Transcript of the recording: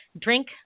Drink